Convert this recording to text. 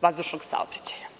vazdušnog saobraćaja.